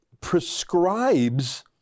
prescribes